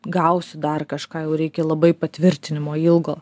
gaus dar kažką jau reikia labai patvirtinimo ilgo